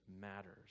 matters